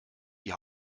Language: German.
die